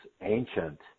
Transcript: ancient